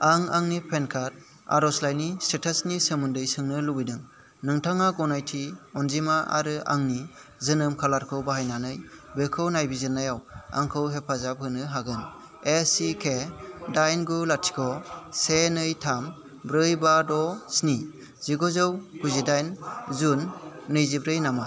आं आंनि PAN card आरजलाइनि स्टेटासनि सोमोन्दै सोंनो लुबैदों नोंथाङा गनायथि अनजिमा आरो आंनि जोनोम खालारखौ बाहायनानै बेखौ नायबिजिरनायाव आंखौ हेफाजाब होनो हागोन एसिके दाइन गु लाथिख' से नै थाम ब्रै बा द' स्नि जिगुजौ गुजिदाइन जुन नैजिब्रै नामा